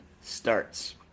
starts